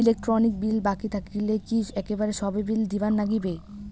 Electric bill বাকি থাকিলে কি একেবারে সব বিলে দিবার নাগিবে?